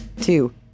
two